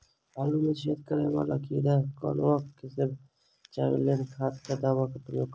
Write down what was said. आलु मे छेद करा वला कीड़ा कन्वा सँ बचाब केँ लेल केँ खाद वा दवा केँ प्रयोग करू?